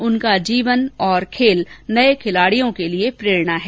उनका जीवन और खेल नए खिलाड़ियों के लिए प्रेरणा है